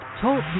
TALK